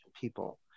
people